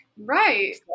right